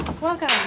Welcome